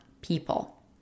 people